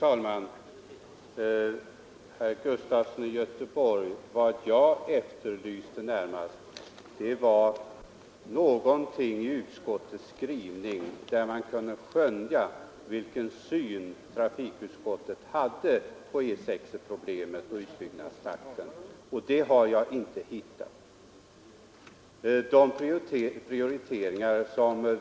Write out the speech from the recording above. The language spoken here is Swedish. Fru talman! Vad jag närmast efterlyste, herr Sven Gustafson i Göteborg, var någonting i utskottets skrivning där man kunde skönja vilken syn trafikutskottet hade på problemet med och utbyggnadstakten av E 6, men jag har inte funnit någonting därom.